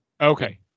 Okay